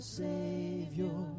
savior